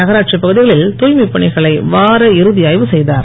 நகராட்சிப் பகுதிகளில் தாய்மைப் பணிகளை வார இறுதி ஆய்வு செய்தார்